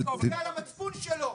זה על המצפון שלו.